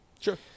sure